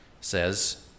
says